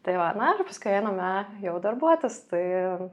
tai va na ir paskui einame jau darbuotis tai ir